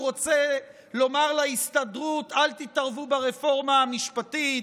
רוצה לומר להסתדרות: אל תתערבו ברפורמה המשפטית.